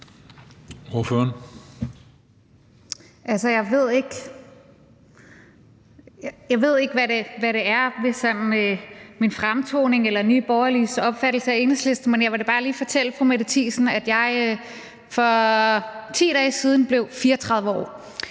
jeg ved ikke, hvad det er ved min fremtoning, eller hvad Nye Borgerliges opfattelse af Enhedslisten er, men jeg vil da bare lige fortælle fru Mette Thiesen, at jeg for 10 dage siden blev 34 år,